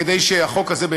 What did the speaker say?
כדי שהחוק הזה,